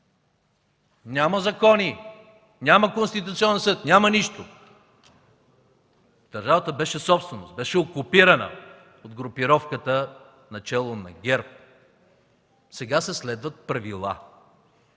Няма закони, няма Конституционен съд, няма нищо! Държавата беше собственост, беше окупирана от групировката начело на ГЕРБ. Сега се следват правила.